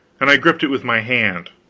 and i gripped it with my hand